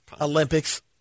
Olympics